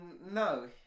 No